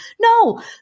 No